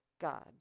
God